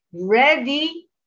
ready